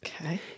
Okay